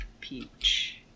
Peach